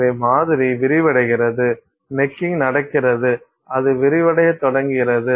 எனவே மாதிரி விரிவடைகிறது நெக்கிங் நடக்கிறது அது விரிவடையத் தொடங்குகிறது